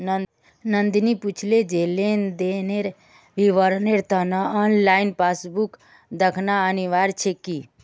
नंदनी पूछले जे लेन देनेर विवरनेर त न ऑनलाइन पासबुक दखना अनिवार्य छेक की